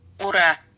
Ura